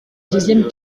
deuxième